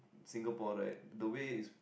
Singapore right the way it's